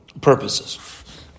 purposes